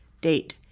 Date